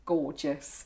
Gorgeous